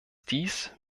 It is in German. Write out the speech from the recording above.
dies